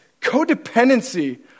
codependency